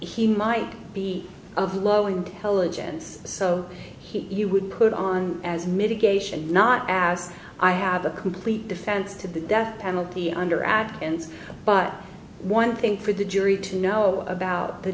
he might be of low intelligence so he would put on as mitigation not as i have a complete defense to the death penalty under ag and but one thing for the jury to know about the